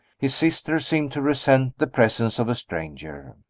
his sister seemed to resent the presence of a stranger.